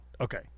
Okay